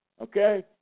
Okay